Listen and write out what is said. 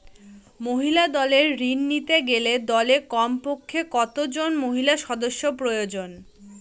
মহিলা দলের ঋণ নিতে গেলে দলে কমপক্ষে কত জন মহিলা সদস্য প্রয়োজন?